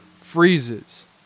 freezes